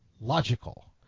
logical